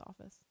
office